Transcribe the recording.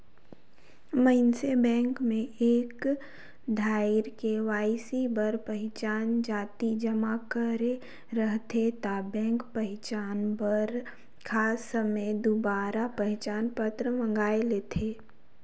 मइनसे बेंक में एक धाएर के.वाई.सी बर पहिचान पाती जमा करे रहथे ता बेंक पहिचान बर खास समें दुबारा पहिचान पत्र मांएग लेथे